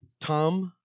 Tom